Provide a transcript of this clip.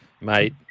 Mate